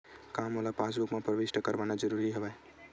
का मोला पासबुक म प्रविष्ट करवाना ज़रूरी हवय?